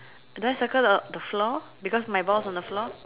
do I circle the the floor because my ball's on the floor